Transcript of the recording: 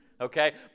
okay